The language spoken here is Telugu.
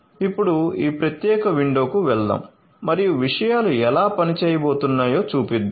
ఇప్పుడు ఈ ప్రత్యేక విండోకు వెళ్దాం మరియు విషయాలు ఎలా పని చేయబోతున్నాయో చూపిద్దాం